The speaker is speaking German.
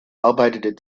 arbeitete